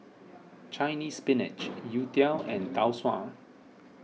Chinese Spinach Youtiao and Tau Suan